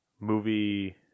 movie